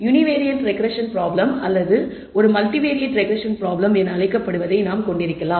univariate regression problem அல்லது ஒரு multivariate regression problem என அழைக்கப்படுவதை நாம் கொண்டிருக்கலாம்